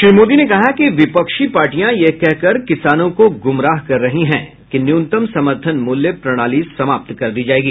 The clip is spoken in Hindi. श्री मोदी ने कहा कि विपक्षी पार्टियां यह कहकर किसानों को गुमराह कर रही हैं कि न्यूनतम समर्थन मूल्य प्रणाली समाप्त कर दी जाएगी